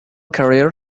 careers